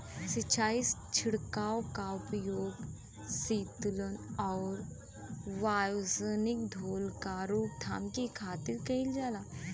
सिंचाई छिड़काव क उपयोग सीतलन आउर वायुजनित धूल क रोकथाम के खातिर भी कइल जाला